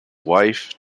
wife